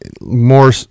more